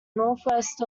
northwest